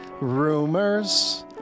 rumors